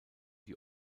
die